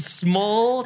small